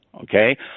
okay